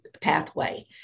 pathway